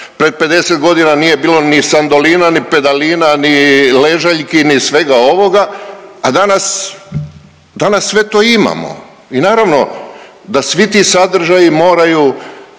pred 50 godina nije bilo ni Sandolina, ni pedalina, ni ležaljki, ni svega ovoga, a danas sve to imamo. I naravno da svi ti sadržaji moraju